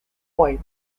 point